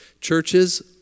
Churches